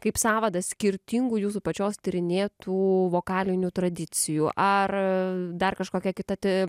kaip sąvadas skirtingų jūsų pačios tyrinėtų vokalinių tradicijų ar dar kažkokia kita